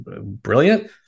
brilliant